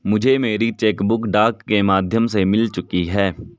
मुझे मेरी cheque book डाक के माध्यम से मिल चुकी है